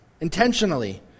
intentionally